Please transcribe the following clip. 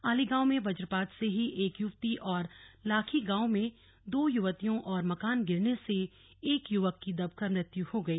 आली गांव में वज्रपात से ही एक युवती और लाखी गांव में दो युवतियों और मकान गिरने से एक युवक की दबकर मृत्यु हो गई